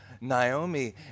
Naomi